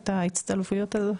את ההצטלבויות האלה?